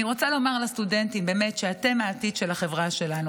אני רוצה לומר לסטודנטים: באמת אתם העתיד של החברה שלנו.